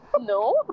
no